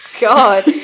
God